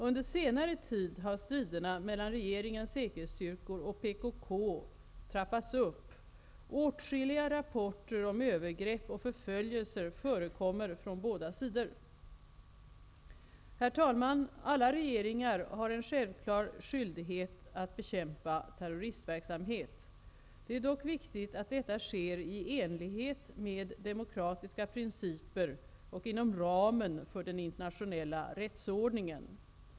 Under senare tid har striderna mellan regeringens säkerhetsstyrkor och PKK trappats upp. Åtskilliga rapporter om övergrepp och förföljelser förekommer från båda sidor. Herr talman! Alla regeringar har en självklar skyldighet att bekämpa terroristverksamhet. Det är dock viktigt att detta sker i enlighet med demokratiska principer och inom ramen för den internationella rättsordningen.